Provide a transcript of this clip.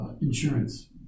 insurance